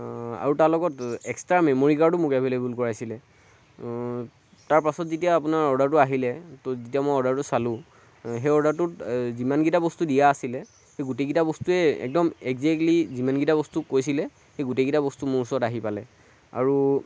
আৰু তাৰ লগত এক্সট্ৰা মেম'ৰি কাৰ্ডো মোক এভেইলেবুল কৰাইছিলে তাৰ পাছত যেতিয়া আপোনাৰ অৰ্ডাৰটো আহিলে তো তেতিয়া মই অৰ্ডাৰটো চালোঁ সেই অৰ্ডাৰটোত যিমান কেইটা বস্তু দিয়া আছিলে সেই গোটেই কেইটা বস্তুৱে একদম একজেক্টলি যিমান কেইটা বস্তু কৈছিলে সেই গোটেই কেইটা বস্তু মোৰ ওচৰত আহি পালে আৰু